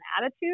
attitude